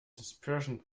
dispersion